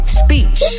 speech